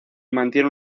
mantiene